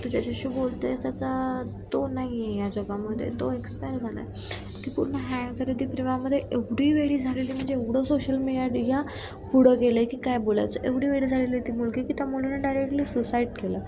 तू ज्याच्याशी बोलते त्याचा तो नाही आहे या जगामध्ये तो एक्सपायर झाला आहे ती पूर्ण हँग झाली ती प्रेमामध्ये एवढी वेडी झालेली म्हणजे एवढं सोशल मीडिया या पुढं गेलं आहे की काय बोलायचं एवढी वेडी झालेली ती मुलगी की त्या मुलीनं डायरेक्टली सुसाईड केलं